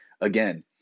Again